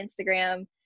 Instagram